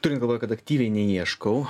turint galvoj kad aktyviai neieškau